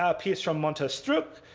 ah piece from montastruc.